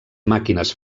màquines